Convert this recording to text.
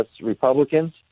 Republicans